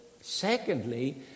Secondly